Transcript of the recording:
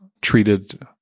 treated